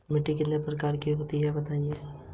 सबसे अच्छा बीमा कौन सा है?